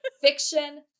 fiction